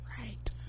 right